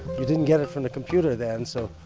you didn't get it from the computer then so,